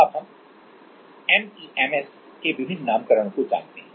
अब हम एमईएमएस के विभिन्न नामकरण को जानते हैं